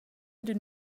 d’ün